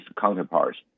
counterparts